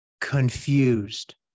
confused